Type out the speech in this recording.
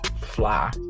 fly